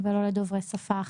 ולא לדוברי שפה אחת.